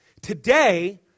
Today